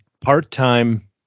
part-time